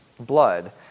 Blood